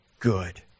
good